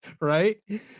right